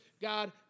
God